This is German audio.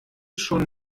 schon